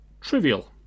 trivial